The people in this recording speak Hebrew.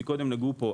קודם נגעו בזה פה.